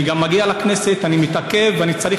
שאני מגיע לכנסת אני מתעכב ואני צריך